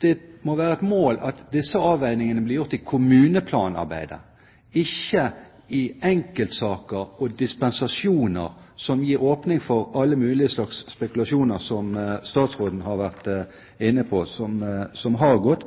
Det må være et mål at disse avveiningene blir gjort i kommuneplanarbeidet og ikke i enkeltsaker og ved dispensasjoner som gir åpning for alle mulige slags spekulasjoner – som statsråden har vært inne på – og